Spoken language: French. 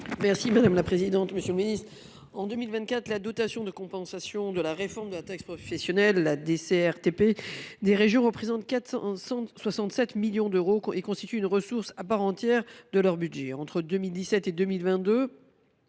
Espagnac, pour présenter l’amendement n° I 149. En 2024, la dotation de compensation de la réforme de la taxe professionnelle (DCRTP) des régions représente 467 millions d’euros et constitue une ressource à part entière de leur budget.